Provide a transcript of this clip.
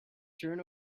turn